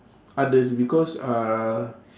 others because uh